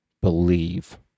believe